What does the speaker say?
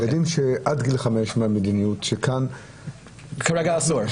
הורים לילדים עד גיל חמש -- כרגע אסור.